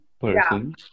person